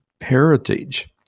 heritage